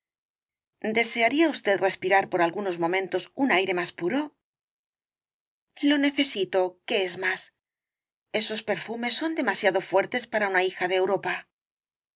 desearía usted respirar por algunos momentos un aire más puro lo necesito que es más esos perfumes son demasiado fuertes para una hija de europa